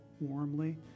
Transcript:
warmly